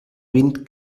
wind